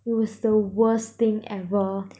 it was the worst thing ever